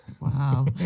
wow